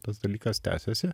tas dalykas tęsiasi